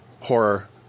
horror